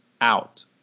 out